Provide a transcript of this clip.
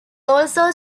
also